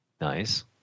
Nice